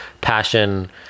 passion